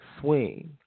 swing